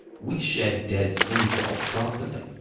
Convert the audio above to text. we shed dead skin cells constantly,